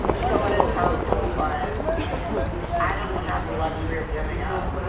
so it is hurtful, but i don't have the luxury of giving up.